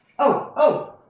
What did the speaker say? oh. oh!